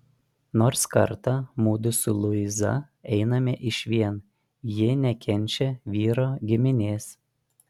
nors kartą mudu su luiza einame išvien ji nekenčia vyro giminės